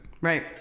right